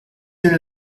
soon